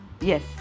Yes